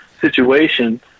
situation